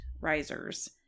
risers